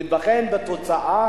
ניבחן בתוצאה